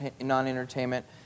non-entertainment